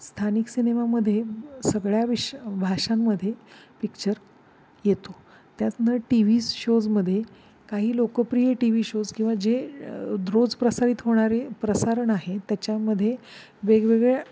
स्थानिक सिनेमामध्ये सगळ्या विश भाषांमध्ये पिक्चर येतो त्यातून टी व्ही शोजमध्ये काही लोकप्रिय टी व्ही शोज किंवा जे रोजप्रसारित होणारे प्रसारण आहे त्याच्यामध्ये वेगवेगळ्या